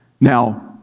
Now